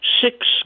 Six